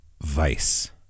vice